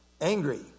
angry